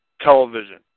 television